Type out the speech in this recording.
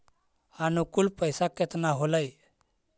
अनुकुल पैसा केतना होलय